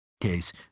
case